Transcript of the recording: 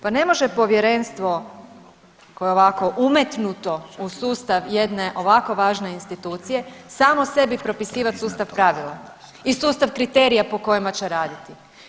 Pa ne može povjerenstvo koje je ovako umetnuto u sustav jedne ovako važne institucije samo sebi propisivat sustav pravila i sustav kriterija po kojima će raditi.